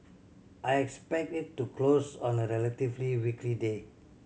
I expect it to close on a relatively weakly day